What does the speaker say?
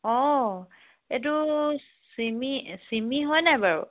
অঁ এইটো চিমি চিমি হয় নাই বাৰু